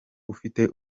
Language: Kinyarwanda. ufite